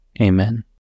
Amen